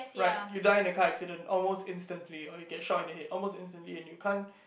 right you die in the car accident almost instantly or you get shot in the head almost instantly and you can't